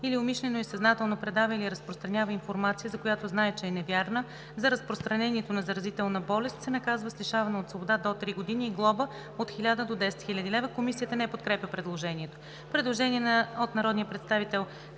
или умишлено и съзнателно предава или разпространява информация, за която знае, че е невярна, за разпространението на заразителна болест, се наказва с лишаване от свобода до три години и глоба от хиляда до десет хиляди лева.“ Комисията не подкрепя предложението. Предложение от народния представител